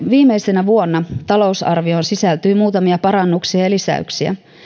viimeisenä vuonna talousarvioon sisältyy muutamia parannuksia ja lisäyksiä